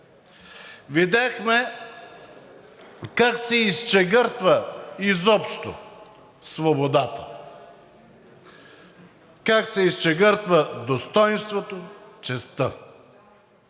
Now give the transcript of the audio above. Видяхме как се изчегъртва изобщо свободата, как се изчегъртва достойнството, честта,